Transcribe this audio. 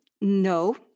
No